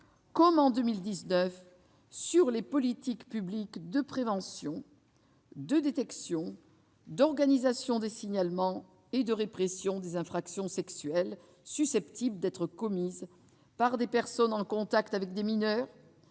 comme en 2019 sur les politiques publiques de prévention, de détection, d'organisation des signalements et de répression des infractions sexuelles susceptibles d'être commises par des personnes en contact avec des mineurs